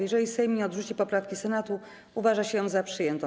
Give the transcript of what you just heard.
Jeżeli Sejm nie odrzuci poprawki Senatu, uważa się ją za przyjętą.